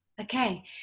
okay